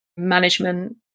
management